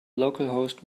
localhost